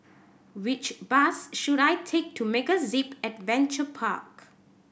which bus should I take to MegaZip Adventure Park